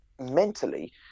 mentally